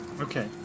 okay